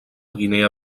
guinea